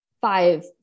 five